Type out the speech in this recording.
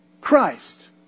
Christ